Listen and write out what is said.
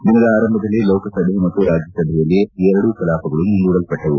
ದಿನದ ಆರಂಭದಲ್ಲೇ ಲೋಕಸಭೆ ಮತ್ತು ರಾಜ್ಯ ಸಭೆಯಲ್ಲಿ ಎರಡೂ ಕಲಾಪಗಳು ಮುಂದೂಡಲ್ಪಟ್ಟವು